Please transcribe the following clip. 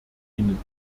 ihnen